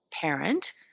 parent